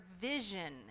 vision